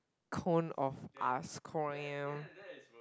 cone of ice cream